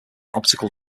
optical